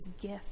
gift